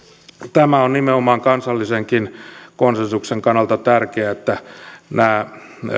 tämä on nimenomaan kansallisenkin konsensuksen kannalta tärkeää että nämä